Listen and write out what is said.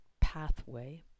pathway